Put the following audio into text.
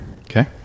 Okay